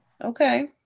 okay